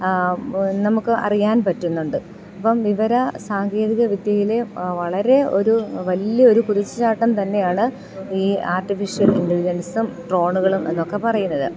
നമുക്ക് അറിയാൻ പറ്റുന്നുണ്ട് ഇപ്പം വിവര സാങ്കേതിക വിദ്യയിലെ വളരെ ഒരു വല്യ ഒരു കുതിച്ചു ചാട്ടം തന്നെയാണ് ഈ ആർട്ടിഫിഷ്യൽ ഇൻ്റലിജൻസും ഡ്രോണുകളും എന്നൊക്കെ പറയുന്നത്